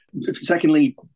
Secondly